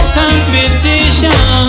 competition